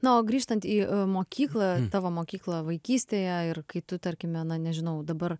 na o grįžtant į mokyklą tavo mokyklą vaikystėje ir kai tu tarkime na nežinau dabar